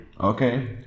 Okay